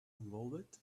evolved